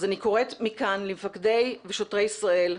אז אני קוראת מכאן למפקדי ושוטרי ישראל,